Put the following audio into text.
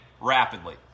rapidly